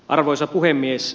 arvoisa puhemies